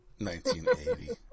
1980